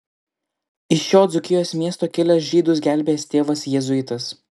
iš šio dzūkijos miesto kilęs žydus gelbėjęs tėvas jėzuitas